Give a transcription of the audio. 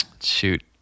Shoot